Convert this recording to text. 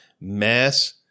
mass